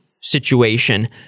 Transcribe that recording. situation